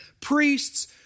priests